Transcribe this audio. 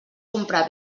comprar